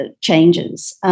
changes